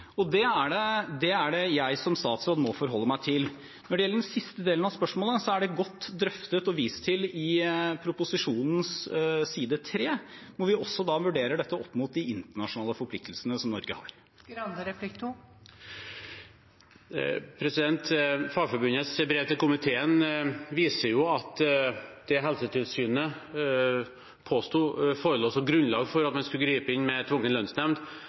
Det er det jeg som statsråd må forholde meg til. Når det gjelder den siste delen av spørsmålet, er det godt drøftet og vist til på proposisjonens side 3, hvor vi også vurderer dette opp mot de internasjonale forpliktelsene Norge har. Fagforbundets brev til komiteen viser at det Helsetilsynet påsto forelå som grunnlag for at man skulle gripe inn med tvungen lønnsnemnd,